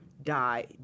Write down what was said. die